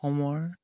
অসমৰ